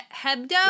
Hebdo